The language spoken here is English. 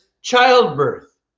childbirth